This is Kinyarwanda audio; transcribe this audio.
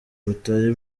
butari